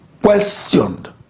questioned